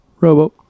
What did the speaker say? Robo